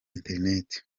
interineti